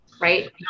right